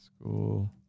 school